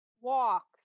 walks